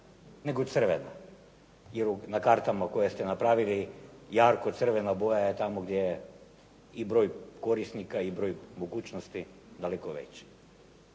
nego crvena jer na kartama koje ste napravili jarko crvena boja je tamo gdje je i broj korisnika i broj mogućnosti daleko veći.